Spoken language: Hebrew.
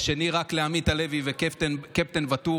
השני רק לעמית הלוי וקפטן ואטורי,